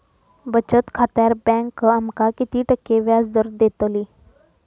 बचत खात्यार बँक आमका किती टक्के व्याजदर देतली?